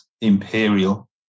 imperial